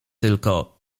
tylko